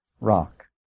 rock